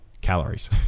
Calories